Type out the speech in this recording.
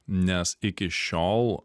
nes iki šiol